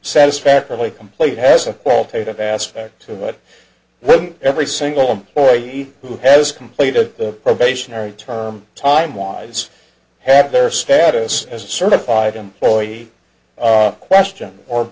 satisfactorily completed has an alternative aspect to what every single employee who has completed the probationary term time wise had their status as a certified employee question or